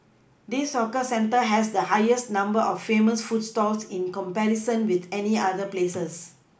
this hawker centre has the highest number of famous food stalls in comparison with any other places